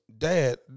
Dad